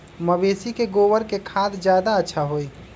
मवेसी के गोबर के खाद ज्यादा अच्छा होई?